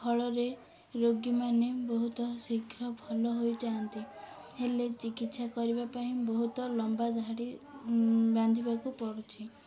ଫଳରେ ରୋଗୀମାନେ ବହୁତ ଶୀଘ୍ର ଭଲ ହୋଇଯାଆନ୍ତି ହେଲେ ଚିକିତ୍ସା କରିବା ପାଇଁ ବହୁତ ଲମ୍ବା ଧାଡ଼ି ବାନ୍ଧିବାକୁ ପଡ଼ୁଛି